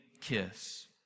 kiss